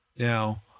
Now